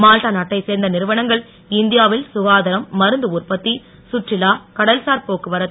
Malta நாட்டைச் சேர்ந்த நிறுவனங்கள் இந்தியாவில் சுகாதாரம் மருந்து உற்பத்தி சுற்றுலா கடல்சார் போக்குவரத்து